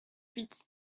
huit